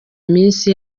iminsi